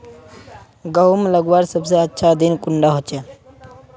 गहुम लगवार सबसे अच्छा दिन कुंडा होचे?